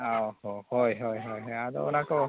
ᱦᱳᱭ ᱦᱳᱭ ᱦᱳᱭ ᱦᱳᱭ ᱦᱳᱭ ᱟᱫᱚ ᱚᱱᱟ ᱠᱚ